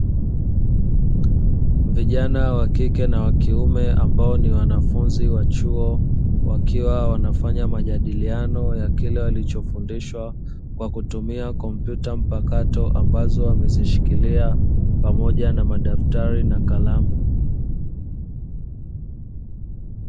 Vijana wakike na kiume ambao ni wanafunzi wa chuo wakiwa wanafanya majadiliano ya kile walichofundishwa kwa kutumia kompyuta mpakato, ambazo wamezishikilia pamoja na madaftari na kalamu.